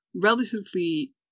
relatively